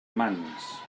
mans